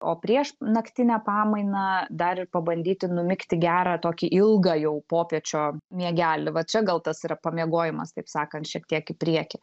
o prieš naktinę pamainą dar ir pabandyti numigti gerą tokį ilgą jau popiečio miegelį va čia gal tas yra pamiegojimas taip sakant šiek tiek į priekį